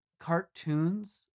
cartoons